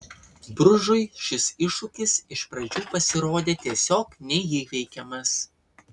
bružui šis iššūkis iš pradžių pasirodė tiesiog neįveikiamas